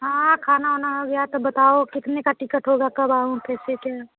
हाँ खाना वाना हो गया तो बताओ कितने का टिकट होगा कब आओ कैसे क्या